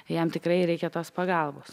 jam tikrai reikia tos pagalbos